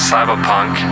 Cyberpunk